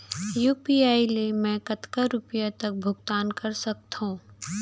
UPI ले मैं कतका रुपिया तक भुगतान कर सकथों